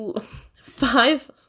five –